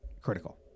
critical